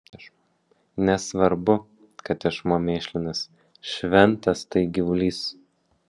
nesvarbu kad tešmuo mėšlinas šventas tai gyvulys